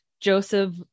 joseph